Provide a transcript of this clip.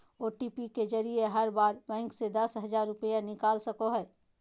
OTP के जरिए हर बार बैंक से दस हजार रुपए निकाल सको हखो